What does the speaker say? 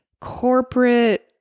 corporate